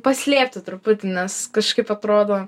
paslėpti truputį nes kažkaip atrodo